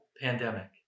pandemic